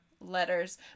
letters